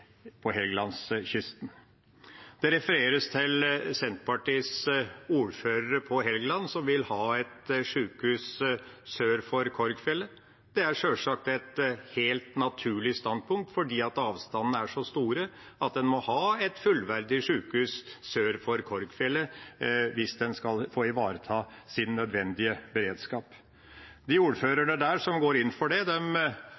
på Helgelandskysten. Det refereres til Senterpartiets ordførere på Helgeland som vil ha et sykehus sør for Korgfjellet. Det er sjølsagt et helt naturlig standpunkt fordi avstandene er så store at en må ha et fullverdig sykehus sør for Korgfjellet hvis en skal ivareta nødvendig beredskap. De